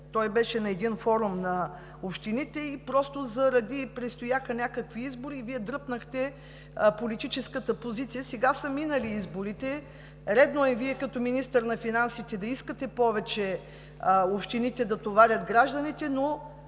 Той беше на един форум на общините, предстояха някакви избори и Вие дръпнахте политическата позиция. Сега са минали изборите, редно е Вие, като министър на финансите, да искате общините да товарят повече гражданите, но